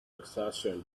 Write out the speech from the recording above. exhaustion